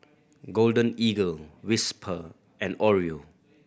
Golden Eagle Whisper and Oreo